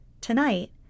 Tonight